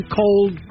cold